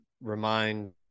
remind